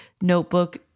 notebook